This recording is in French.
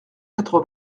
quatre